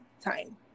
time